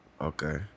Okay